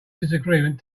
disagreement